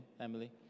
Emily